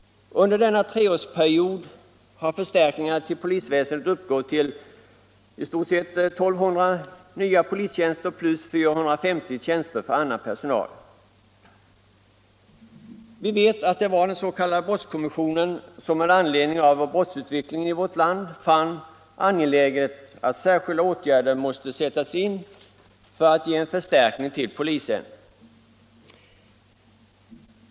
Under denna treårsperiod har förstärkningarna till polisväsendet uppgått till i stort sett 1 200 nya polismanstjänster plus 450 tjänster för annan personal. Vi vet att det var den s.k. brottskommissionen som med anledning av brottsutvecklingen i vårt land fann angeläget att särskilda åtgärder skulle sättas in för att ge en förstärkning till polisen.